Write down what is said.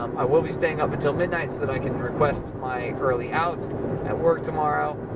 um i will be staying up until midnight so that i can request my early-out at work tomorrow.